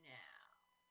now